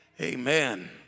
Amen